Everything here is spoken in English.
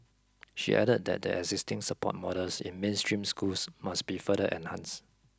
she added that the existing support models in mainstream schools must be further enhance